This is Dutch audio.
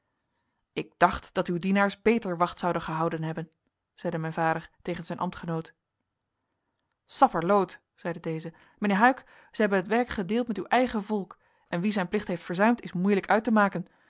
ik dacht dat uw dienaars beter wacht zouden gehouden hebben zeide mijn vader tegen zijn ambtgenoot sapperloot zeide deze mijnheer huyck zij hebben het werk gedeeld met uw eigen volk en wie zijn plicht heeft verzuimd is moeilijk uit te maken